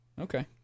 okay